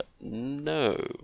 no